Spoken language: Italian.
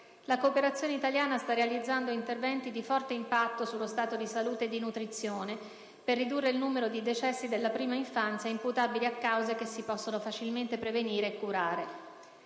la cooperazione italiana sta realizzando interventi a forte impatto sullo stato di salute e di nutrizione, per ridurre il numero di decessi della prima infanzia imputabili a cause che si possono facilmente prevenire e curare.